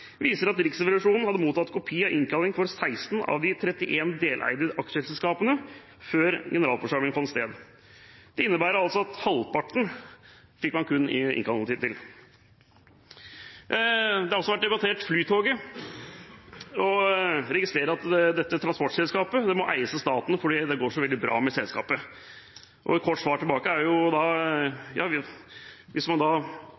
viser at Riksrevisjonen hadde mottatt kopi av innkalling for 16 av de 31 deleide aksjeselskapene før generalforsamlingen fant sted. Dette innebærer altså at man kun fikk innkalling til halvparten. Flytoget har også vært debattert. Jeg registrerer at dette transportselskapet må eies av staten fordi det går så veldig bra med selskapet! Et kort svar tilbake er jo at da får man selvfølgelig mye mer for selskapet hvis man